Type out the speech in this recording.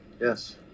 Yes